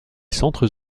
centres